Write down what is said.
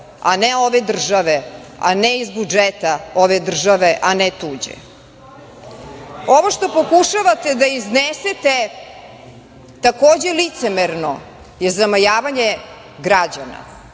a ne ove države, a ne iz budžeta ove države, a ne tuđe. Ovo što pokušavate da iznesete, takođe licemerno, je zamajavanje građana.